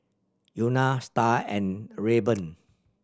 Euna Star and Rayburn